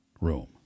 room